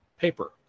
paper